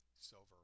silver